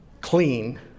clean